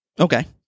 Okay